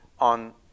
on